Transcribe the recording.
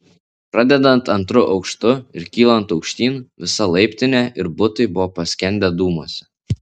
pradedant antru aukštu ir kylant aukštyn visa laiptinė ir butai buvo paskendę dūmuose